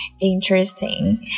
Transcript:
interesting